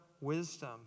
wisdom